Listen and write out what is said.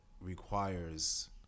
requires